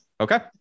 Okay